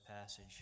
passage